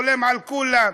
חולם על כולם,